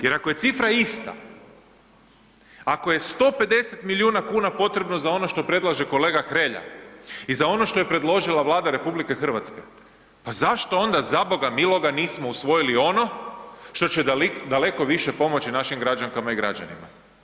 Jer ako je cifra ista, ako je 150 milijuna kuna potrebno za ono što predlaže kolega Hrelja i za ono što je predložila Vlada RH, pa zašto onda za Boga miloga nismo usvojili ono što će daleko više pomoći našim građankama i građanima?